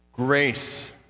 grace